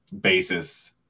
basis